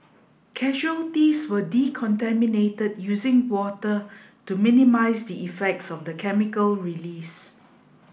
casualties were decontaminated using water to minimise the effects of the chemical release